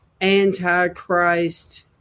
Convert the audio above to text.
Anti-Christ